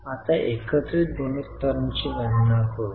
आता एकत्रित गुणोत्तरांची गणना करू